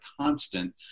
constant